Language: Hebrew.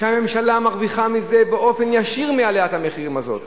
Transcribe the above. והממשלה מרוויחה מעליית המחירים הזאת